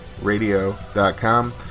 radio.com